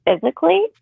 physically